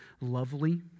lovely